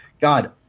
God